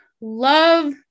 love